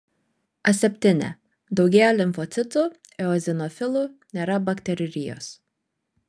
aseptinė daugėja limfocitų eozinofilų nėra bakteriurijos